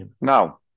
Now